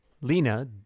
Lena